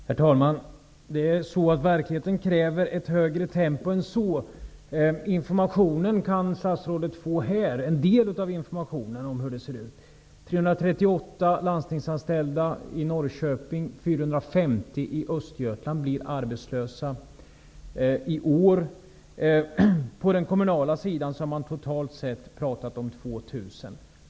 Herr talman! Verkligheten kräver ett högre tempo än så! En del av informationen om hur det ser ut kan statsrådet få här. 338 landstingsanställda i Norrköping och 450 i Östergötland blir arbetslösa i år. På den kommunala sidan har man totalt pratat om 2 000.